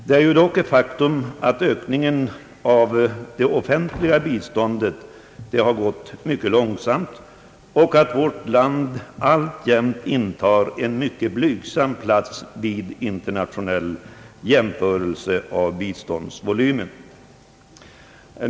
Det är dock ett faktum att ökningen av det offentliga biståndet gått mycket långsamt och att vårt land alltjämt intar en mycket blygsam plats vid internationella jämförelser av biståndsvolymen.